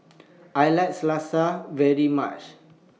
I like Salsa very much